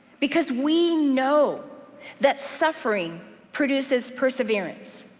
because we know that suffering produces perseverance,